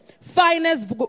finest